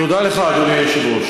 תודה לך, אדוני היושב-ראש.